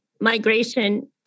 migration